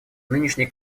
нынешний